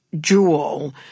jewel